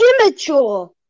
immature